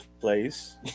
place